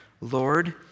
Lord